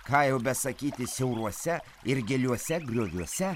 ką jau besakyti siauruose ir giliuose grioviuose